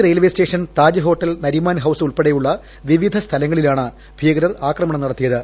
railway station Taj hotel Nariman house ഉൾപ്പെട്ടെയ്യുള്ള വിവിധ സ്ഥലങ്ങളിലാണ് ഭീകരർ ആക്രമണം നടത്തിയത്